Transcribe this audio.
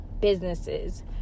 businesses